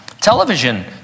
television